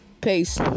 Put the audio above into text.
Peace